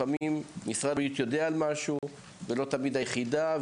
לפעמים משרד הבריאות יודע על משהו ולא תמיד משרד